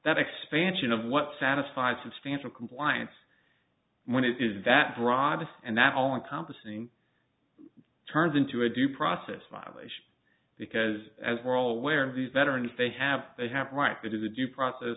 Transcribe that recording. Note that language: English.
that expansion of what satisfied substantial compliance when it is that broad and that all encompassing turns into a due process violation because as we're aware of these veterans they have they have right to do the due process